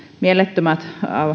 mielettömät